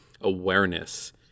awareness